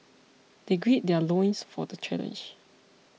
they gird their loins for the challenge